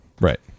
Right